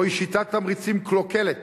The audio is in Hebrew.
זוהי שיטת תמריצים קלוקלת,